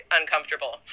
uncomfortable